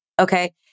okay